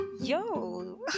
yo